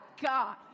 God